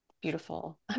beautiful